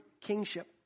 kingship